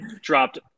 dropped